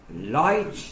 light